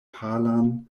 palan